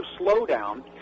slowdown